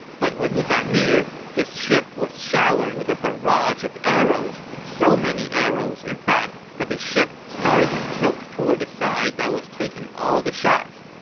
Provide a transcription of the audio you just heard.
but when he got near, his ship was showered with a barrage of arrows, so many arrows, in fact, that the ship started to tilt toward the side that was taking all the shots.